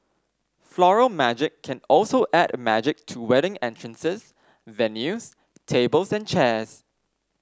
Floral Magic can also add magic to wedding entrances venues tables and chairs